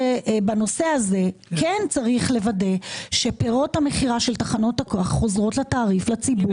בנושא הזה צריך לוודא שפירות המכירה של תחנות הכוח חוזרות לציבור,